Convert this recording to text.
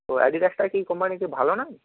তো অ্যাডিডাসটা কি কোম্পানি কি ভালো নয়